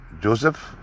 Joseph